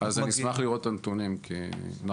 אנחנו מגיעים --- אני אשמח לראות את הנתונים כי אנחנו